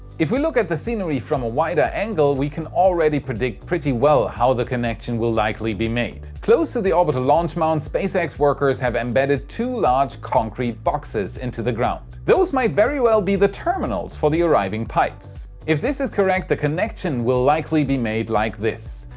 if we look at the scenery from a wider angle, we can already predict pretty well, how the connection will likely be made. close to the orbital launch mount spacex workers have embedded two large concrete boxes into the ground. those might be the terminals for the arriving pipes. if this is correct, the connection will likely be made like this.